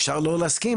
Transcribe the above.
אפשר לא להסכים,